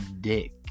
dick